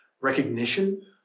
recognition